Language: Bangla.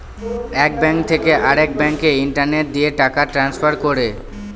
এক ব্যাঙ্ক থেকে আরেক ব্যাঙ্কে ইন্টারনেট দিয়ে টাকা ট্রান্সফার করে